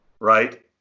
Right